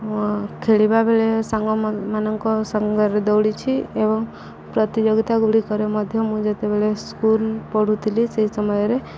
ମୁଁ ଖେଳିବା ବେଳେ ସାଙ୍ଗ ମାନ ମାନଙ୍କ ସାଙ୍ଗରେ ଦୌଡ଼ିଛି ଏବଂ ପ୍ରତିଯୋଗିତା ଗୁଡ଼ିକରେ ମଧ୍ୟ ମୁଁ ଯେତେବେଳେ ସ୍କୁଲ୍ ପଢ଼ୁଥିଲି ସେହି ସମୟରେ